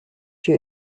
you